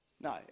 No